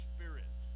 Spirit